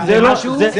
היושב-ראש,